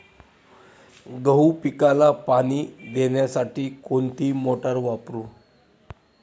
गहू पिकाला पाणी देण्यासाठी कोणती मोटार वापरू?